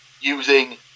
using